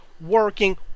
working